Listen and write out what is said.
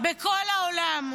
בכל העולם,